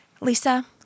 Lisa